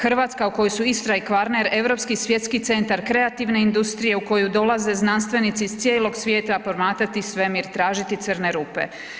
Hrvatska u kojoj su Istra i Kvarner europski svjetski centar kreativne industrije u koju dolaze znanstvenici iz cijelog svijeta promatrati svemir i tražiti crne rupe.